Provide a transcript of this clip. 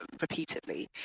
repeatedly